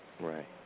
Right